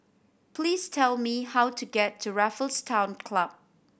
please tell me how to get to Raffles Town Club